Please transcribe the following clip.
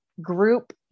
group